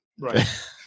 Right